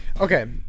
okay